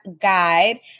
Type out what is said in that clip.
guide